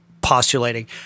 postulating